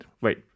wait